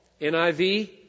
NIV